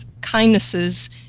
kindnesses